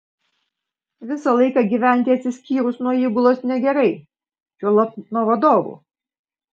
visą laiką gyventi atsiskyrus nuo įgulos negerai juolab nuo vadovų